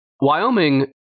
Wyoming